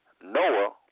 Noah